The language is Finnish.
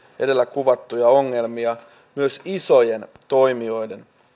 edellä kuvattuja ongelmia myös isojen toimijoiden